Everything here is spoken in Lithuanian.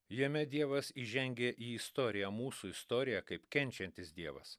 jame dievas įžengė į istoriją mūsų istoriją kaip kenčiantis dievas